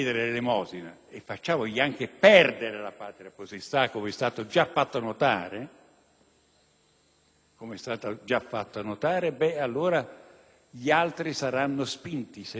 com'è stato già fatto notare, allora gli altri saranno spinti, se non si adottano contemporaneamente dei provvedimenti sociali, a diventare delinquenti.